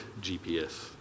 GPS